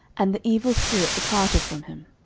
and the evil spirit departed from him.